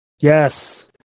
Yes